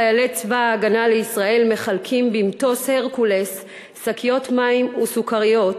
חיילי צבא הגנה לישראל מחלקים במטוס "הרקולס" שקיות מים וסוכריות,